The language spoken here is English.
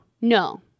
No